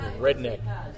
redneck